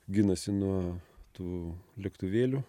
ginasi nuo tų lėktuvėlių